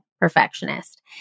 perfectionist